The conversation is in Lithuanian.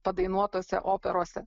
padainuotose operose